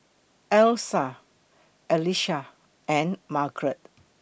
Alysa Elissa and Margaret